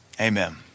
Amen